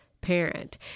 parent